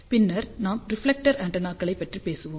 பின்னர் நாம் ரிஃப்லெக்டர் ஆண்டெனாக்களைப் பற்றி பேசுவோம்